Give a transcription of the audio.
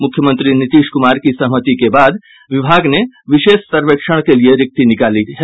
मुख्यमंत्री नीतीश कुमार की सहमति के बाद विभाग ने विशेष सर्वेक्षण के लिये रिक्ति निकाली है